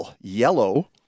yellow